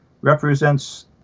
represents